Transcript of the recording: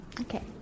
Okay